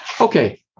Okay